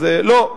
אז, לא.